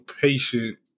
patient